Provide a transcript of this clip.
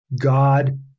God